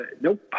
Nope